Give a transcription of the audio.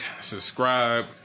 Subscribe